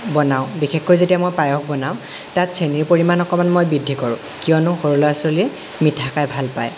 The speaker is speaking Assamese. বনাওঁ বিশেষকৈ মই যেতিয়া পায়স বনাওঁ তাত চেনীৰ পৰিমাণ অকণমান মই বৃদ্ধি কৰোঁ কিয়নো সৰু ল'ৰা ছোৱালীয়ে মিঠা খাই ভাল পায়